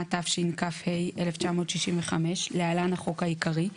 התשכ"ה 1965 (להלן החוק העיקרי),